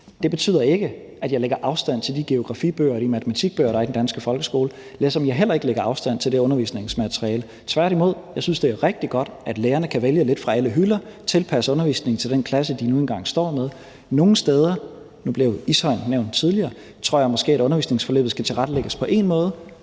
Det betyder ikke, at jeg lægger afstand til de geografibøger og de matematikbøger, der er i den danske folkeskole, ligesom jeg heller ikke lægger afstand til det undervisningsmateriale. Tværtimod synes jeg, det er rigtig godt, at lærerne kan vælge lidt fra alle hylder og tilpasse undervisningen til den klasse, de nu engang står med. Nogle steder – nu blev Ishøj nævnt tidligere – tror jeg måske at undervisningsforløbet skal tilrettelægges på én måde,